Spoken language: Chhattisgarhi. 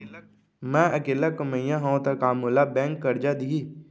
मैं अकेल्ला कमईया हव त का मोल बैंक करजा दिही?